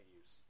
use